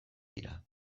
dira